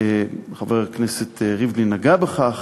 וחבר הכנסת ריבלין נגע בכך,